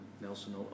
Nelson